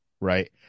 right